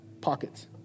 pockets